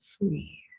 free